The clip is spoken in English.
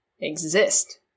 exist